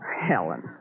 Helen